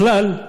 בכלל,